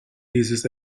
dieses